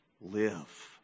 live